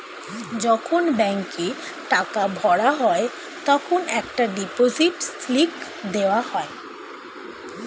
যখন ব্যাংকে টাকা ভরা হয় তখন একটা ডিপোজিট স্লিপ দেওয়া যায়